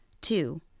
Two